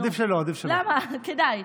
כדאי.